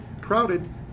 crowded